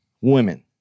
women